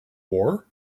war